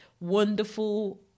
wonderful